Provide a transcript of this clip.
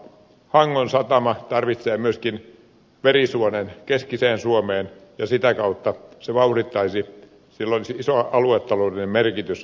hangon satama tarvitsee myöskin verisuonen keskiseen suomeen ja sitä kautta sillä olisi iso aluetaloudellinen merkitys